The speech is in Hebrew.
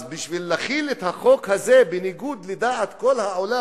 אז בשביל להחיל את החוק הזה בניגוד לדעת כל העולם,